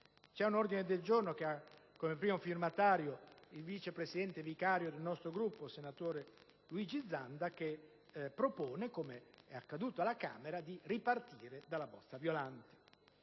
Questo ordine del giorno che ha come primo firmatario il vicepresidente vicario del nostro Gruppo, senatore Luigi Zanda, propone, come è accaduto alla Camera, di ripartire dalla bozza Violante.